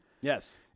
Yes